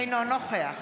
אינו נוכח